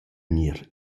gnir